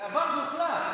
זה עבר, זה הוחלט.